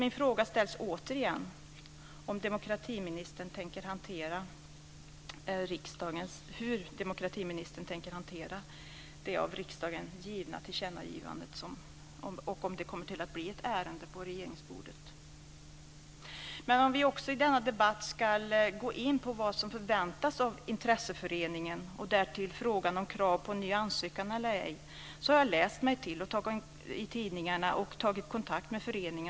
Jag ställer återigen frågan hur demokratiministern tänker hantera det av riksdagen givna tillkännagivandet och om det kommer att bli ett ärende på regeringens bord. Vi kan i denna debatt gå in på vad som förväntas av intresseföreningen och därtill frågan om krav på ny ansökan eller ej. Jag har läst i tidningarna och tagit kontakt med föreningen.